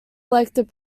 elected